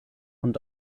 und